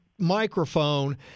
microphone